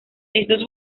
estos